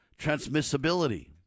transmissibility